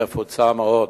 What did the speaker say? נפוצה מאוד.